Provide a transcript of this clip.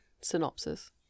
synopsis